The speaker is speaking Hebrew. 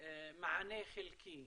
מענה חלקי.